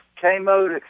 K-mode